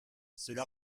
cela